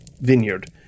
Vineyard